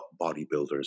bodybuilders